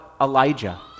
Elijah